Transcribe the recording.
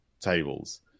tables